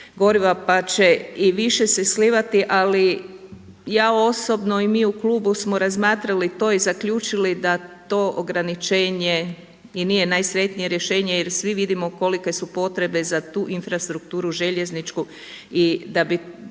pa će i više se slivati, ali ja osobno i mi u klubu smo razmatrali to i zaključili da to ograničenje i nije najsretnije rješenje jer svi vidimo kolike su potrebe za tu infrastrukturu željezničku i da bi